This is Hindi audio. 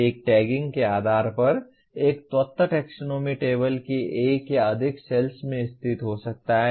एक टैगिंग के आधार पर एक तत्व टैक्सोनॉमी टेबल की एक या अधिक सेल्स में स्थित हो सकता है